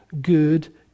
good